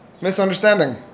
misunderstanding